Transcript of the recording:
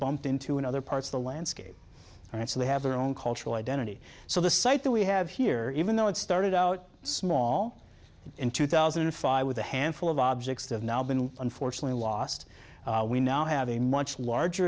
bumped into another part of the landscape and so they have their own cultural identity so the site that we have here even though it started out small in two thousand and five with a handful of objects have now been unfortunately law lost we now have a much larger